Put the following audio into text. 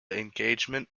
engagement